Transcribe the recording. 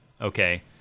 Okay